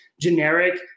generic